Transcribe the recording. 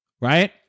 right